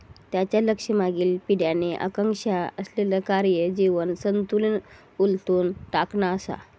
त्यांचा लक्ष मागील पिढ्यांनी आकांक्षा असलेला कार्य जीवन संतुलन उलथून टाकणा असा